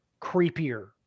creepier